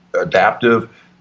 adaptive